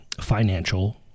financial